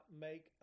make